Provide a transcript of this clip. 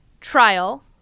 trial